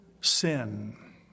sin